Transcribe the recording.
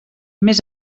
més